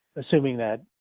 assuming that,